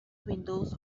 windows